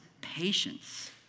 patience